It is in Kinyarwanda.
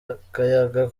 akayaga